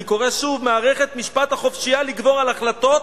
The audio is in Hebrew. אני קורא שוב: "מערכת משפט החופשייה לגבור על החלטות